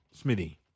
Smithy